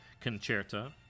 Concerta